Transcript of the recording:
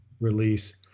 release